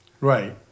Right